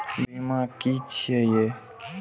बीमा की छी ये?